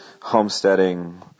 homesteading